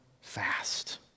fast